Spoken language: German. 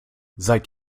seit